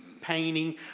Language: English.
painting